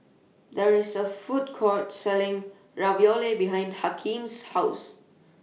There IS A Food Court Selling Ravioli behind Hakeem's House